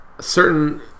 certain